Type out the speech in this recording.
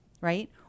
right